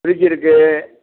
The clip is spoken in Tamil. ஃப்ரிட்ஜி இருக்கு